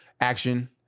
Action